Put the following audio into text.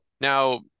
now